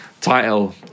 title